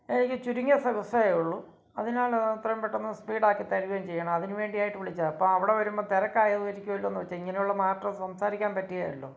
ഏയ്നി ചുരുങ്ങിയ സെവസേ ഉള്ളു അതിനാൽ എത്രയും പെട്ടെന്ന് സ്പീഡാക്കിത്തരികയും ചെയ്യണം അതിന് വേണ്ടിയായിട്ട് വിളിച്ചതാണ് അപ്പോള് അവിടെ വരുമ്പോള് തിരക്കായതിരിക്കുവല്ലൊച്ച ഇങ്ങനെയുള്ള മാറ്റര് സംസാരിക്കാൻ പറ്റിയേലല്ലോ